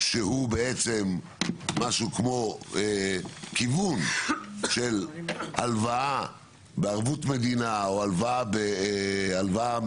שהוא בעצם משהו כמו כיוון של הלוואה בערבות מדינה או הלוואה